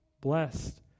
blessed